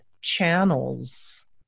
channels